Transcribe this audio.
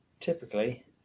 Typically